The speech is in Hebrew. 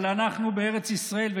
אבל אנחנו בארץ ישראל,